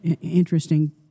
interesting